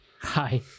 Hi